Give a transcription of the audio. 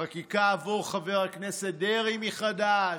חקיקה עבור חבר הכנסת דרעי מחדש,